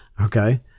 Okay